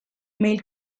meil